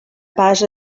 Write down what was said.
pas